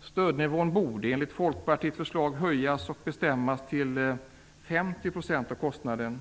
Stödnivån borde enligt Folkpartiets förslag höjas och bestämmas till 50 % av kostnaden.